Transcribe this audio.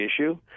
issue